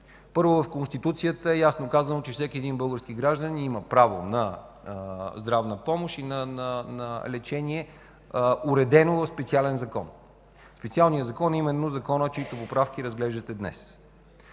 Първо в Конституцията е ясно казано, че всеки един български гражданин има право на здравна помощ и на лечение, уредено в специален закон. Специален закон е именно законът, чиито поправки разглеждате днес.